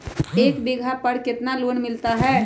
एक बीघा पर कितना लोन मिलता है?